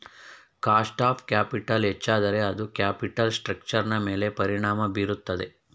cost of capital ಹೆಚ್ಚಾದರೆ ಅದು capital ಸ್ಟ್ರಕ್ಚರ್ನ ಮೇಲೆ ಪರಿಣಾಮ ಬೀರುತ್ತದೆ